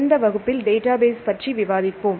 இந்த வகுப்பில் டேட்டாபேஸ் பற்றி விவாதிப்போம்